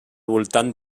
voltant